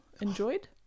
enjoyed